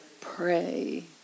Pray